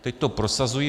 Teď to prosazují.